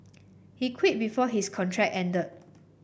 he quit before his contract ended